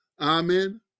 Amen